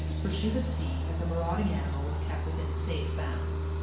for she would see that the marauding animal was kept within safe bounds.